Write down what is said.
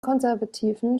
konservativen